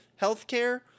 healthcare